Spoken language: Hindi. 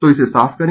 तो इसे साफ करें